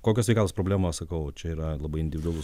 kokios sveikatos problemos sakau čia yra labai individualus